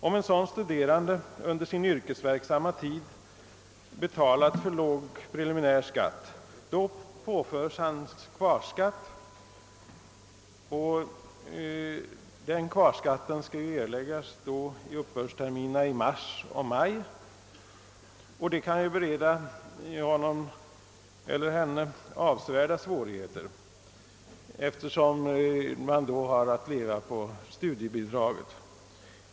Om en sådan studerande under sin tid ute i arbetslivet har betalat för låg preliminär skatt påföres han kvarskatt, som skall erläggas under uppbördsterminerna i mars och maj. Detta kan bereda honom eller henne stora svårigheter, eftersom vederbörande då måste leva på studiebidraget.